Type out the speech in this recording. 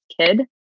kid